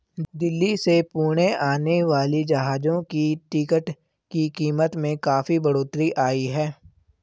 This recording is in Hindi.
दिल्ली से पुणे आने वाली जहाजों की टिकट की कीमत में काफी बढ़ोतरी आई है